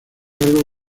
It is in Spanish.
largo